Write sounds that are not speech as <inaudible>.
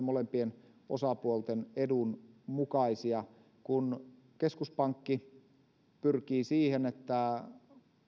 <unintelligible> molempien osapuolten edun mukaisia kun keskuspankki pyrkii siihen että